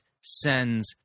sends